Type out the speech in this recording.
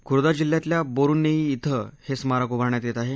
खुर्दा जिल्ह्यातल्या बौरुनेई इथं हे स्मारक उभारण्यात येणार आहे